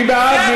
מי בעד?